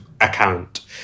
account